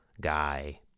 guy